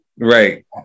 right